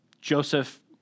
Joseph